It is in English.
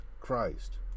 Christ